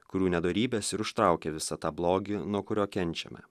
kurių nedorybės ir užtraukė visą tą blogį nuo kurio kenčiame